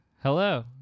Hello